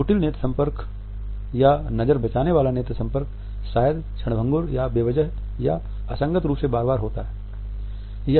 एक कुटिल नेत्र संपर्क या नजर बचाने वाला नेत्र संपर्क शायद क्षणभंगुर या बेवजह या असंगत रूप से बार बार होता है